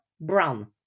brown